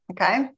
Okay